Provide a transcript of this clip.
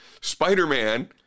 Spider-Man